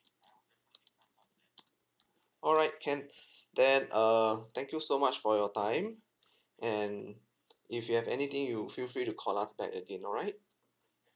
alright can then err thank you so much for your time and if you have anything you feel free to call us back again alright